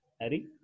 Harry